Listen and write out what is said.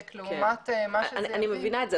לעומת מה שזה יביא --- אני מבינה את זה.